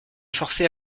forcer